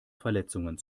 verletzungen